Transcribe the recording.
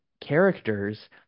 characters